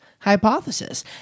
hypothesis